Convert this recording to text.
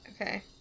Okay